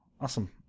awesome